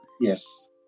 Yes